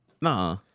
Nah